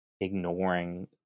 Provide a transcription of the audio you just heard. ignoring